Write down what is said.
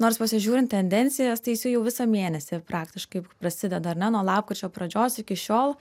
nors pasižiūrint tendencijas tai jisai jau visą mėnesį praktiškai prasideda ar ne nuo lapkričio pradžios iki šiol